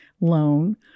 loan